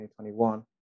2021